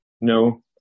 No